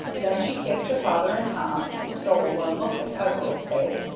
then she kissed her father and tom, stole one look at peveril's face,